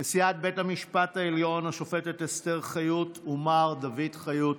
נשיאת בית המשפט העליון השופטת אסתר חיות ומר דוד חיות,